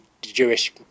Jewish